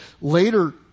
later